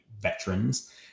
veterans